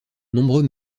nombreux